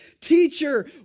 Teacher